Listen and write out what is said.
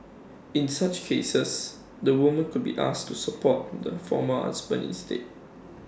in such cases the woman could be asked to support the former husband instead